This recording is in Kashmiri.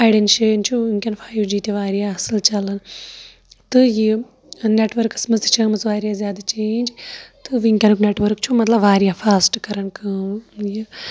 اَڑین جاین چھُ وٕنکیٚن فایو جی تہِ واریاہ اَصٕل چلان تہٕ یہِ نیٹؤرکَس منٛز تہِ چھےٚ آمٕژٕ واریاہ زیادٕ چینج تہٕ وٕنۍ کینُک نیٹؤرٕک چھُ واریاہ فاسٹ کران کٲم یہِ